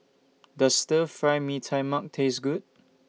Does Stir Fry Mee Tai Mak Taste Good